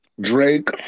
Drake